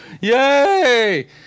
Yay